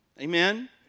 Amen